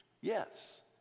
yes